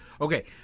Okay